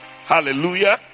Hallelujah